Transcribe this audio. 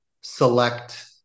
select